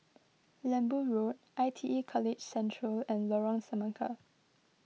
Lembu Road I T E College Central and Lorong Semangka